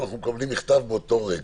אנחנו מקבלים מכתב באותו רגע.